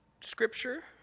scripture